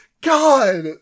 god